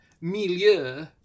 milieu